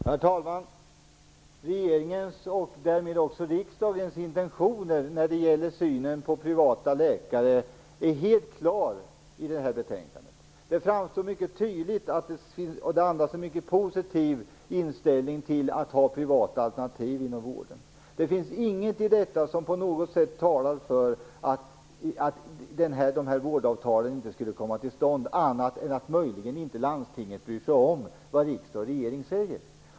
Herr talman! Regeringens och därmed också riksdagens intentioner när det gäller synen på privata läkare är helt klara i det här betänkandet. Det framstår mycket tydligt och det andas en mycket positiv inställning till att ha privata alternativ i vården. Det finns inget här som på något sätt talar för att de här vårdavtalen inte skulle komma till stånd, annat än att landstingen möjligen inte bryr sig om vad riksdag och regering säger.